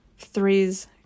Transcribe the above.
threes